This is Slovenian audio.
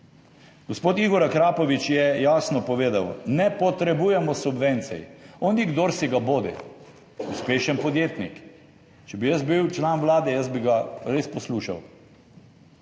Gospod Igor Akrapovič je jasno povedal, ne potrebujemo subvencij. On ni kdorsibodi, je uspešen podjetnik. Če bi bil jaz član vlade, bi ga res poslušal.